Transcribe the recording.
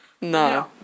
No